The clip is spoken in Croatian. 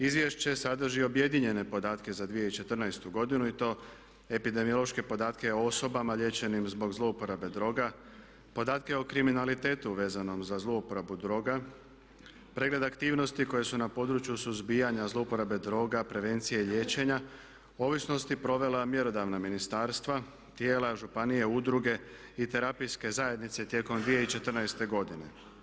Izvješće sadrži objedinjene podatke za 2014. godinu i to epidemiološke podatke o osobama liječenim zbog zlouporabe droga, podatke o kriminalitetu vezanom za zlouporabu droga, pregled aktivnosti koje su na području suzbijanja zlouporabe droga, prevencije i liječenja od ovisnosti provela mjerodavna ministarstva, tijela županije, udruge i terapijske zajednice tijekom 2014. godine.